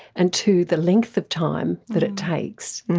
and two, the length of time that it takes.